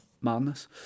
Madness